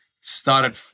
started